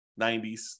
90s